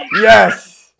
Yes